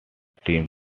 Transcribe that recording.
team